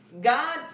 God